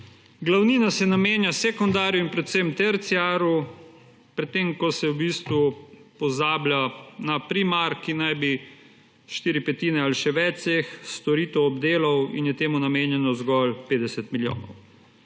Glavnina se namenja sekundarnemu in predvsem terciarnemu nivoju, pri tem ko se v bistvu pozablja na primarni, ki naj bi štiri petine ali še več vseh storitev obdelal, in je temu namenjenih zgolj 50 milijonov.